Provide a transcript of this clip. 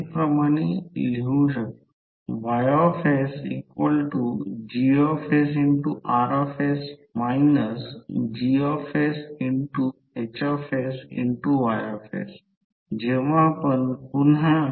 हे प्रत्यक्षात 6 आहे हे 6 आहे आणि ही बाजू 1 आहे आणि ही बाजू 1 आहे अशीच ही बाजू आणि ही बाजू एकसारखी आहे ही बाजू आणि ही बाजू एकसारखी आहे आणि ही बाजू 4 1 आणि येथून इथे 4 1 आहे या बाजुला हे 4 आहे येथून इथे ते 6 आहे आणि येथे ते 1 आहे येथे ते 1 आहे